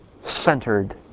centered